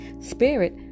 Spirit